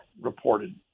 reported